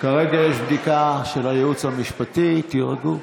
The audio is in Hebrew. כרגע יש בדיקה של הייעוץ המשפטי, תירגעו.